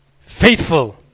faithful